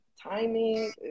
timing